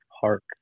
Park